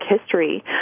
history